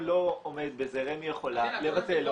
לא עומד בזה רמ"י יכולה לבטל לו --- אז הנה,